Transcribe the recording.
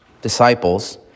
disciples